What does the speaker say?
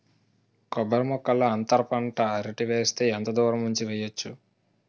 కొబ్బరి మొక్కల్లో అంతర పంట అరటి వేస్తే ఎంత దూరం ఉంచి వెయ్యొచ్చు?